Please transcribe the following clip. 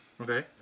Okay